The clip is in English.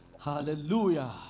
Hallelujah